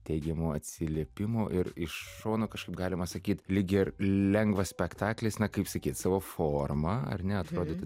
teigiamų atsiliepimų ir iš šono kažkaip galima sakyti lygi ar lengvas spektaklis na kaip sakyt savo forma ar ne atrodytų